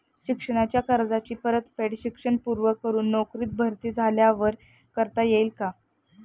शिक्षणाच्या कर्जाची परतफेड शिक्षण पूर्ण करून नोकरीत भरती झाल्यावर करता येईल काय?